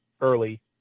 early